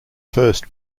first